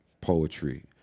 poetry